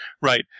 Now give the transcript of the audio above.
right